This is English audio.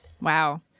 Wow